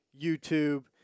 YouTube